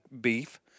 beef